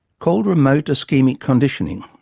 called remote ischemic conditioning,